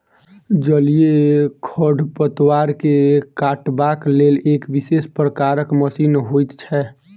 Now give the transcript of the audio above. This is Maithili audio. जलीय खढ़पतवार के काटबाक लेल एक विशेष प्रकारक मशीन होइत छै